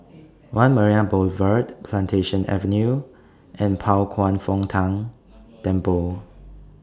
one Marina Boulevard Plantation Avenue and Pao Kwan Foh Tang Temple